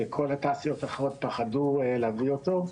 שכל התעשיות האחרות פחדו להביא אותו.